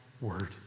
word